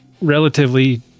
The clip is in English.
relatively